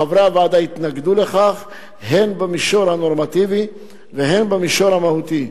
חברי הוועדה התנגדו לכך הן במישור הנורמטיבי והן במישור המהותי.